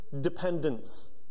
dependence